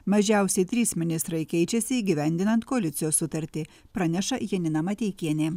mažiausiai trys ministrai keičiasi įgyvendinant koalicijos sutartį praneša janina mateikienė